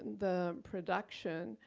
the production,